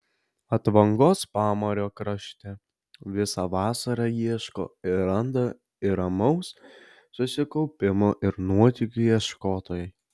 atvangos pamario krašte visą vasarą ieško ir randa ir ramaus susikaupimo ir nuotykių ieškotojai